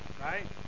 Right